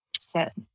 set